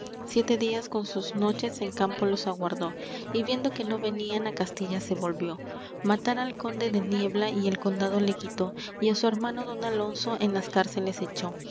siete días con sus noches en campo los aguardó y viendo que no venían á castilla se volvió matara al conde de niebla y el condado le quitó y á su hermano don alonso en las cárceles echó